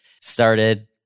started